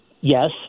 Yes